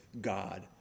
God